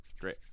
Great